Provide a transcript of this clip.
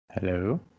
Hello